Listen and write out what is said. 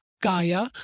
Gaia